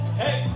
hey